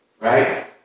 right